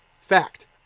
Fact